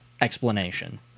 explanation